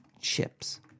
Chips